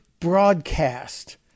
broadcast